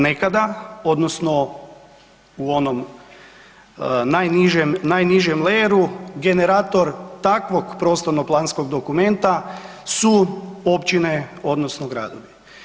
Nekada odnosno u onom najnižem leru, generator takvog prostorno-planskog dokumenta su općine odnosno gradovi.